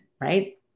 right